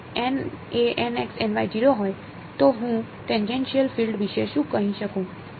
જો એ હોય તો હું ટેનજેનશીયલ ફીલ્ડ વિશે શું કહી શકું